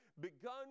begun